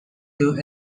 too